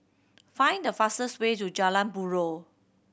find the fastest way to Jalan Buroh